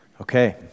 Okay